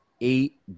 eight